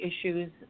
issues